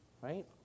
right